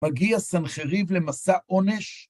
מגיע סנחריב למסע עונש